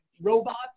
Robots